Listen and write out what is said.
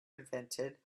invented